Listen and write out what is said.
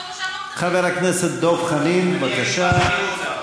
אנחנו נמשיך להביא עוד מיליוני עולים למדינת ישראל,